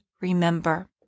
remember